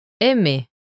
Aimer